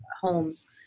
homes